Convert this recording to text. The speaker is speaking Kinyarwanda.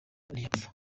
ntiyapfa